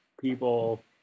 people